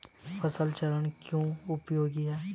फसल चक्रण क्यों उपयोगी है?